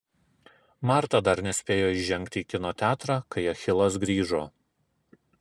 marta dar nespėjo įžengti į kino teatrą kai achilas grįžo